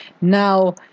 Now